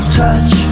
touch